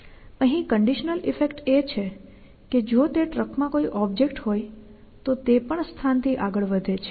અને અહીં conditional effect એ છે કે જો તે ટ્રકમાં કોઈ ઓબ્જેક્ટ હોય તો તે પણ સ્થાનથી આગળ વધે છે